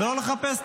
לא לחפש תירוצים.